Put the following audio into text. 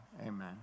amen